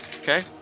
Okay